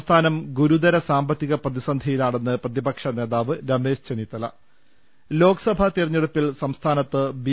സംസ്ഥാനം ഗുരുതര സാമ്പത്തിക പ്രതിസന്ധിയി ലാണെന്ന് പ്രതിപക്ഷനേതാവ് രമേശ് ചെന്നിത്തല ലോക്സഭാതെരഞ്ഞെടുപ്പിൽ സംസ്ഥാനത്ത് ബി